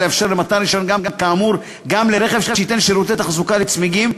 לאפשר מתן רישיון כאמור גם לרכב שייתן שירותי תחזוקה לצמיגים,